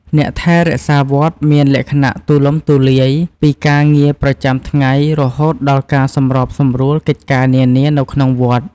អ្នកថែរក្សាវត្តមានលក្ខណៈទូលំទូលាយ ពីការងារប្រចាំថ្ងៃរហូតដល់ការសម្របសម្រួលកិច្ចការនានានៅក្នុងវត្ត។